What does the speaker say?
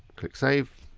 click save.